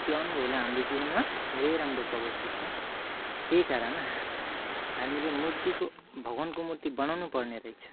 त्यो अनुभवले हाम्रो जीवनमा धेरै राम्रो प्रभाव पर्छ त्यही कारण हामीले मूर्तिको भगवानको मूर्ति बनाउनुपर्ने रहेछ